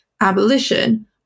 abolition